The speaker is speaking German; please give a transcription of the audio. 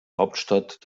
hauptstadt